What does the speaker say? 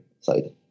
side